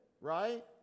right